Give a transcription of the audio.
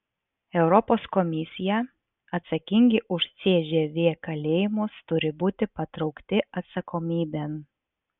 europos komisija atsakingi už cžv kalėjimus turi būti patraukti atsakomybėn